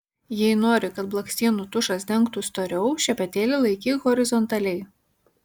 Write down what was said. jei nori kad blakstienų tušas dengtų storiau šepetėlį laikyk horizontaliai